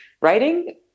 writing